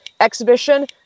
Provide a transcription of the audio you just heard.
exhibition